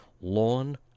lawn